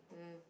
mm